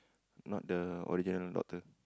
not the original doctor